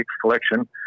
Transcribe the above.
collection